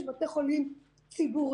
יש בתי חולים ציבוריים.